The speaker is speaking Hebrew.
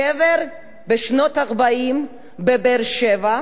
גבר בשנות ה-40 בבאר-שבע,